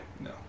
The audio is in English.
No